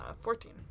Fourteen